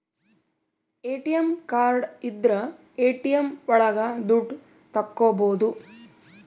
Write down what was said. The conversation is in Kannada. ಎ.ಟಿ.ಎಂ ಕಾರ್ಡ್ ಇದ್ರ ಎ.ಟಿ.ಎಂ ಒಳಗ ದುಡ್ಡು ತಕ್ಕೋಬೋದು